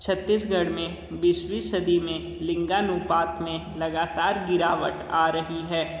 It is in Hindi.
छत्तीसगढ़ में बीसवीं सदी में लिंगानुपात में लगातार गिरावट आ रही है